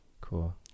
Cool